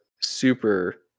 super